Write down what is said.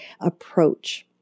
approach